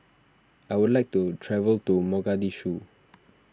I would like to travel to Mogadishu